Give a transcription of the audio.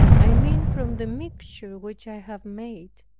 i mean from the mixture which i have made,